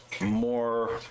more